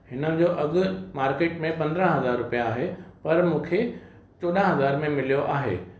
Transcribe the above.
हिन जो अघु मार्केट में पंद्रहं हज़ार रुपिया आहे पर मूंखे चौॾहं हज़ार में मिलियो आहे